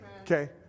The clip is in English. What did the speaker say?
Okay